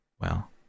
Well